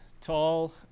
tall